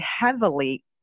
heavily